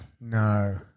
No